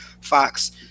Fox